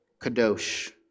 kadosh